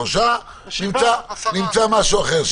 שלושה נמצא משהו אחר.